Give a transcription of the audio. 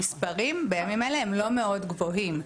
המספרים בימים האלה הם לא מאוד גבוהים,